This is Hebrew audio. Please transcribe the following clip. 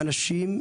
אנשים,